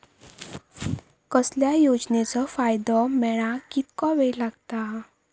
कसल्याय योजनेचो फायदो मेळाक कितको वेळ लागत?